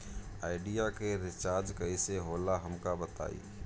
Idea के recharge कईसे होला हमका बताई?